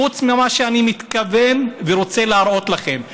חוץ ממה שאני מתכוון ורוצה להראות לכם.